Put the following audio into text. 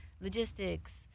logistics